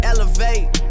Elevate